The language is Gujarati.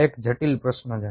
આ એક જટિલ પ્રશ્ન છે